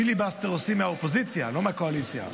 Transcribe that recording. פיליבסטר עושים מהאופוזיציה, לא מהקואליציה.